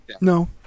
No